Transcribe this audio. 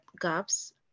gaps